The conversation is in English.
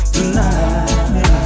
Tonight